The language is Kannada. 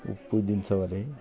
ಉಪ್ಪು ದಿನ ಸವಾಲಿ